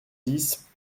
dix